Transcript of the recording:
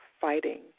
fighting